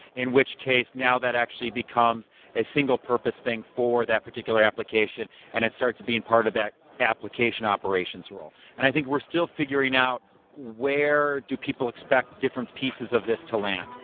in which case now that actually becomes a single-purpose thing for that particular application and it starts being part of that application operations role. and i think we're still figuring out where do people expect different pieces of this to land.